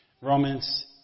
Romans